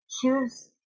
choose